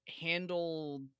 handle